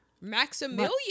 Maximilian